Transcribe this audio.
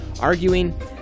arguing